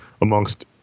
amongst